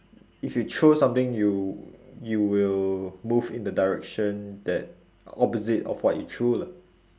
if you throw something you you will move in the direction that opposite of what you threw lah